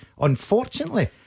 Unfortunately